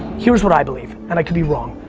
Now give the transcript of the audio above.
here's what i believe, and i could be wrong.